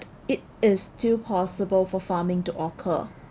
it is still possible for farming to occur